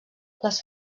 les